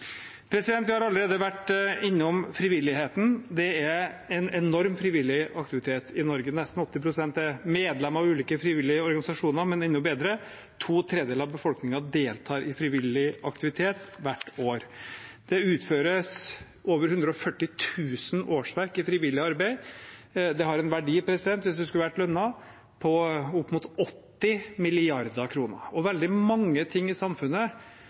Vi har allerede vært innom frivilligheten. Det er en enorm frivillig aktivitet i Norge. Nesten 80 pst. er medlemmer av ulike frivillige organisasjoner. Men enda bedre: To tredjedeler av befolkningen deltar i frivillig aktivitet hvert år. Det utføres over 140 000 årsverk i frivillig arbeid. Det har en verdi, hvis det skulle vært lønnet, på opp mot 80 mrd. kr. Veldig mange ting i samfunnet,